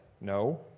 No